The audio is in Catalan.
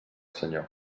senyor